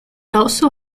also